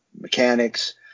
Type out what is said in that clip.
mechanics